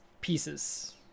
pieces